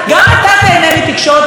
תודה רבה, גברתי.